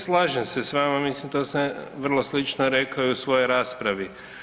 Slažem se s vama, mislim da sam vrlo slično rekao i u svojoj raspravi.